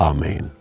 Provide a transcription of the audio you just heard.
Amen